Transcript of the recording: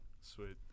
Sweet